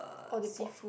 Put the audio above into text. oh they put